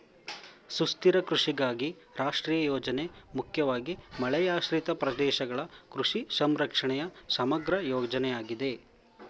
ಸುಸ್ಥಿರ ಕೃಷಿಗಾಗಿ ರಾಷ್ಟ್ರೀಯ ಯೋಜನೆ ಮುಖ್ಯವಾಗಿ ಮಳೆಯಾಶ್ರಿತ ಪ್ರದೇಶಗಳ ಕೃಷಿ ಸಂರಕ್ಷಣೆಯ ಸಮಗ್ರ ಯೋಜನೆಯಾಗಿದೆ